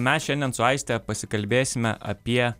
mes šiandien su aiste pasikalbėsime apie